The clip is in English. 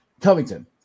Covington